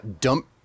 Dump